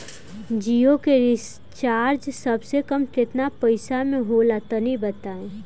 जियो के रिचार्ज सबसे कम केतना पईसा म होला तनि बताई?